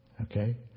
okay